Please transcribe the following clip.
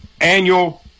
annual